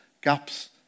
gaps